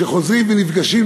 כשחוזרים ונפגשים,